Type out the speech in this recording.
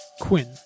Quinn